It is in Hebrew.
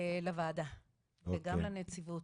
לוועדה וגם לנציבות.